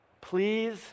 Please